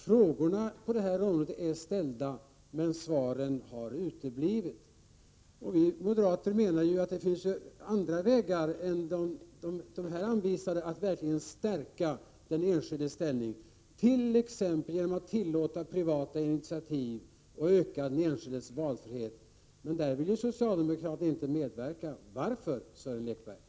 Frågorna på detta område är ställda, men svaren har uteblivit. Vi moderater menar att det finns andra vägar än här anvisade att stärka den enskildes ställning — t.ex. att tillåta privata initiativ och öka den enskildes valfrihet. Men på den punkten vill inte socialdemokraterna medverka. Varför, Sören Lekberg?